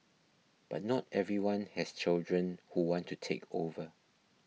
but not everyone has children who want to take over